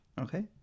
Okay